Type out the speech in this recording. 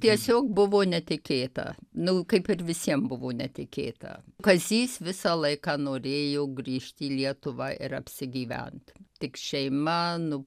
tiesiog buvo netikėta nu kaip ir visiem buvo netikėta kazys visą laiką norėjo grįžt į lietuvą ir apsigyvent tik šeima nu